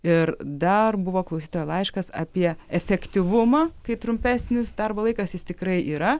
ir dar buvo klausytojo laiškas apie efektyvumą kai trumpesnis darbo laikas jis tikrai yra